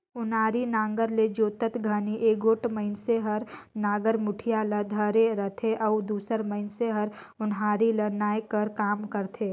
ओनारी नांगर ल जोतत घनी एगोट मइनसे हर नागर मुठिया ल धरे रहथे अउ दूसर मइनसे हर ओन्हारी ल नाए कर काम करथे